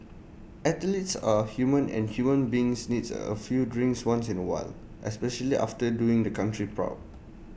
athletes are human and human beings needs A few drinks once in A while especially after doing the country proud